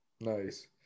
Nice